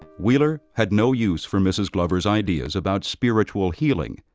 wheeler had no use for mrs. glover's ideas about spiritual healing,